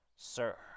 Sir